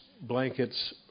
blankets